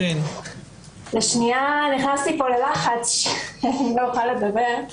לרגע נכנסתי פה ללחץ שלא אוכל לדבר...